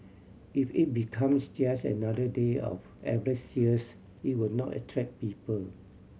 if it becomes just another day of average sales it will not attract people